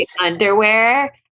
underwear